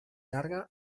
llarga